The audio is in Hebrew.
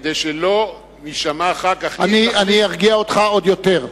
כדי שלא יישמע אחר כך, אני ארגיע אותך עוד יותר.